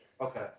Okay